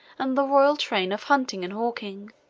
and the royal train of hunting and hawking.